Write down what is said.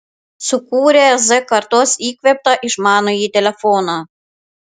sukūrė z kartos įkvėptą išmanųjį telefoną